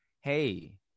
Hey